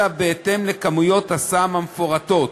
אלא בהתאם לכמויות הסם המפורטות,